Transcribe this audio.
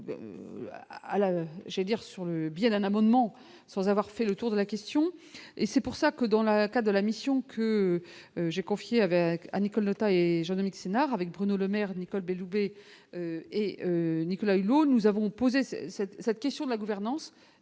sur le bien d'un abonnement, sans avoir fait le tour de la question et c'est pour ça que dans le cas de la mission que j'ai confiée avec à Nicole Notat et Jean Domecq Sénart avec Bruno. Maire Nicole Belloubet et. Tous là Hulot nous avons posé cette cette question de la gouvernance